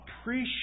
appreciate